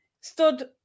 stood